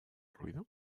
ruido